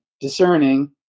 discerning